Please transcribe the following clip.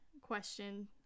question